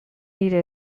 nire